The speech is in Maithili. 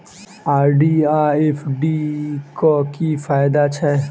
आर.डी आ एफ.डी क की फायदा छै?